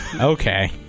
Okay